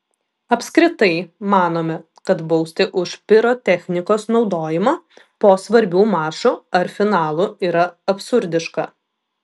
apskritai manome kad bausti už pirotechnikos naudojimą po svarbių mačų ar finalų yra absurdiška